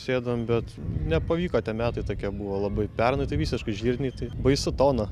sėdavom bet nepavyko tie metai tokie buvo labai pernai tai visiškai žirniai tai baisu tona